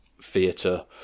theatre